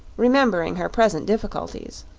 remembering her present difficulties.